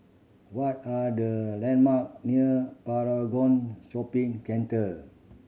what are the landmark near Paragon Shopping Center